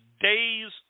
days